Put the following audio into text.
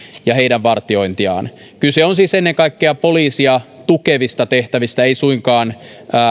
ja heidän vartiointiaan kyse on siis ennen kaikkea poliisia tukevista tehtävistä ei suinkaan